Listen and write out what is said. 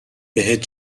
بهت